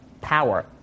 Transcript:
power